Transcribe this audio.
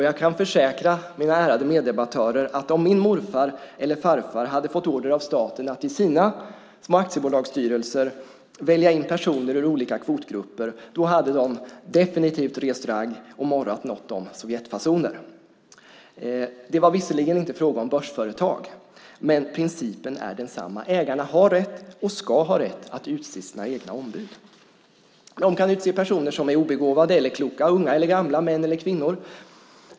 Jag kan försäkra mina ärade meddebattörer att om min morfar eller farfar hade fått order av staten att i sina små aktiebolagsstyrelser välja in personer ur olika kvotgrupper hade de definitivt rest ragg och morrat något om sovjetfasoner. Det var visserligen inte fråga om börsföretag, men principen är densamma. Ägarna har rätt och ska ha rätt att utse sina egna ombud. De kan utse personer som är obegåvade eller kloka, unga eller gamla, män eller kvinnor.